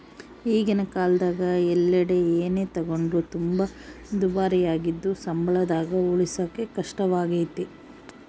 ಈಗಿನ ಕಾಲದಗ ಎಲ್ಲೆಡೆ ಏನೇ ತಗೊಂಡ್ರು ತುಂಬಾ ದುಬಾರಿಯಾಗಿದ್ದು ಸಂಬಳದಾಗ ಉಳಿಸಕೇ ಕಷ್ಟವಾಗೈತೆ